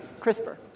CRISPR